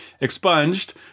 expunged